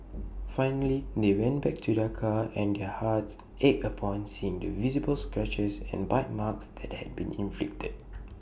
finally they went back to their car and their hearts ached upon seeing the visible scratches and bite marks that had been inflicted